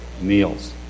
meals